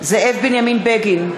זאב בנימין בגין,